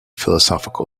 philosophical